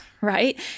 right